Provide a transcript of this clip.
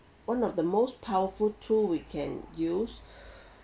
one of the most powerful tool we can use